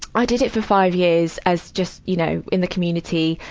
i did it for five years as just, you know, in the community.